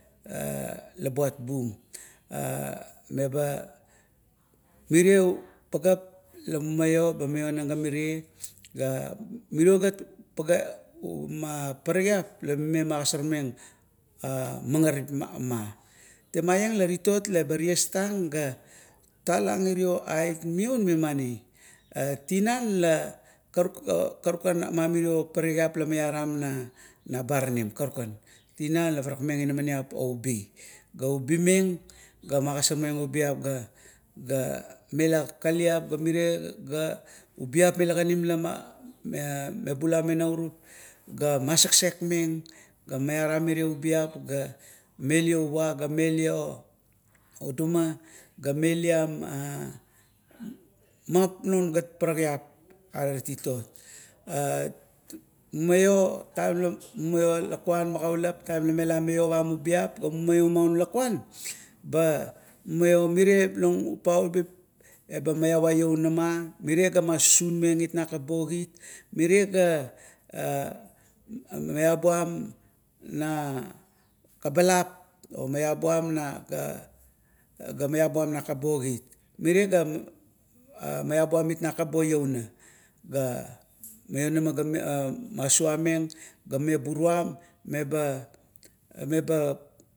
labuat bu laba, mire pageap la mumaio ba mionang la mire, ga miriro gat pa ma parakiap la mire magosormeng magaripma. Temaieng la titot leba ties tang ga talang irio ait miun, memani are, tinan la karukan mamirio paparakiap na, nabaranim karukan. Tinan la parakmeng inamaniap oubi, ga ubimeng ga magosormeng ubiap, ga ela kakaliat, ga mire ubiap mmila ganim la mebulam me naurup, ga maseksek meng ga maiaram miria ubiap ga melio va, ga melio uduma, ga meliam non gat paparakgiap arar titot mumaio taim la mumaio lakuan agaulap taim la mela maiovam ubiap ga mumaio, manu lakuan ga mumaio mire lo, upau bip eba maiavang louna ma, mirie ga masusunmeng it nakap bokit, mirie ga, ga maiabum na kabalap omaiabum ga na kapit bokit, mire ga maiabum it nakap bo iouna, ga maionama, ga masuameng, ga meburuam meba, meba